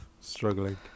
Struggling